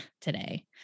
today